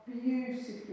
beautifully